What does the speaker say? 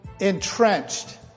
entrenched